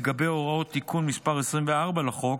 לגבי הוראות תיקון מס' 24 לחוק,